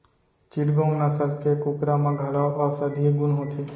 चिटगोंग नसल के कुकरा म घलौ औसधीय गुन होथे